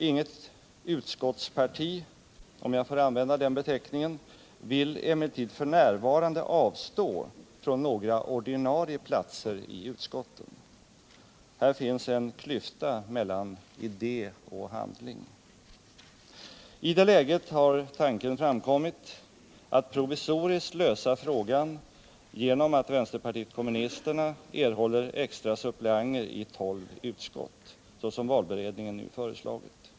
Inget utskottsparti, om jag får använda den beteckningen, vill emellertid f. n. avstå från några ordinarie platser i utskotten. Här finns en klyfta mellan idé och handling. I det läget har tanken framkommit att provisoriskt lösa frågan genom att vänsterpartiet kommunisterna erhåller extra suppleanter i tolv utskott, såsom valberedningen nu föreslagit.